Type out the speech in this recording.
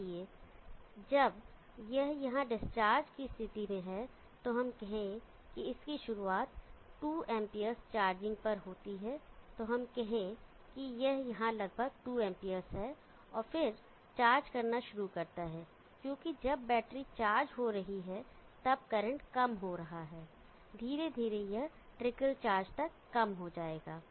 इसलिए जब यह यहां पर डिस्चार्ज की स्थिति में है तो हम कहें कि इसकी शुरुआत 2 amps चार्जिंग पर होती है तो हम कहें कि यह यहां लगभग 2 amps है और फिर चार्ज करना शुरू करता है क्योंकि जब बैटरी चार्ज हो रही है तब करंट कम हो रहा है धीरे धीरे यह ट्रिकल चार्ज तक कम हो जाता है